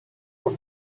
were